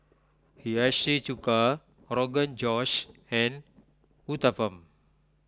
Hiyashi Chuka Rogan Josh and Uthapam